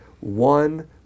one